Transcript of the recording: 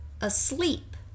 asleep